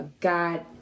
God